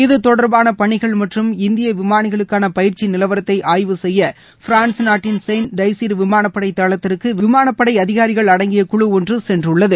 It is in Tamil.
இதுதொடர்பான பணிகள் மற்றும் இந்திய விமானிகளுக்கான பயிற்சி நிலவரத்தை ஆய்வு செய்ய பிரான்ஸ் நாட்டின் செயின்ட் எடசீயர் விமானப் படை தளத்திற்கு விமாளப் படை அதிகாரிகள் அடங்கிய குழு ஒன்று சென்றுள்ளது